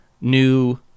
new